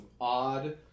odd